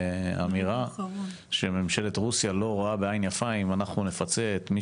האמירה שממשלת רוסיה לא תראה בעין יפה אם אנחנו נפצה את מי